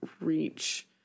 reach